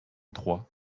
trois